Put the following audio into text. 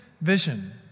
vision